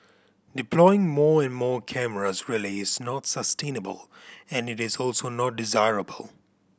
deploying more and more cameras really is not sustainable and it is also not desirable